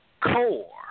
core